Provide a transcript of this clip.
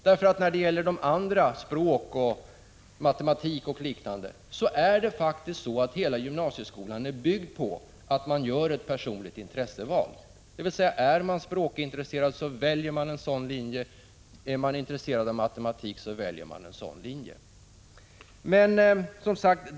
När det gäller andra verksamheter — språk, matematik och liknande — är det faktiskt så att hela gymnasieskolan är byggd på att man gör ett personligt intresseval. Är man språkintresserad så väljer man en sådan linje, är man intresserad av matematik väljer man en sådan linje, osv.